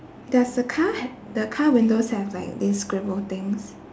does the car hav~ the car windows have like this scribble things